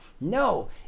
No